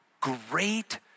great